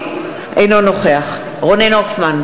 אינו נוכח רונן הופמן,